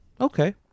Okay